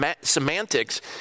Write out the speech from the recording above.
semantics